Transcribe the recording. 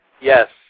Yes